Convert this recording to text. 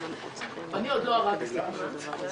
נושא הרכבים ההיברידיים.